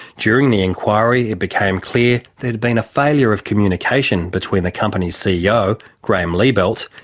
during the inquiry it became clear there'd been a failure of communication between the company's ceo, graeme liebelt,